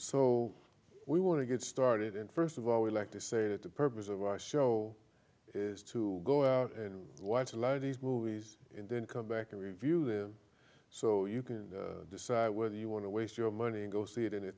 so we want to get started and first of all we like to say that the purpose of our show is to go and watch a lot of these movies and then come back and review the so you can decide whether you want to waste your money and go see it in the